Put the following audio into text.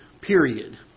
period